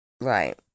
Right